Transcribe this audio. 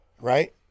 right